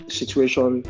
situation